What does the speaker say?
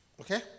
Okay